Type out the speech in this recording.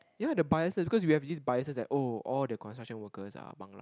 ya the biases because we have the biases that oh all the construction workers are Bangla